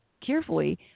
carefully